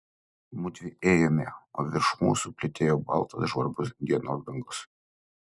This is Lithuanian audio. mudvi ėjome o virš mūsų plytėjo baltas žvarbus dienos dangus